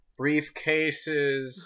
briefcases